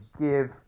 give